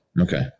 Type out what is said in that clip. Okay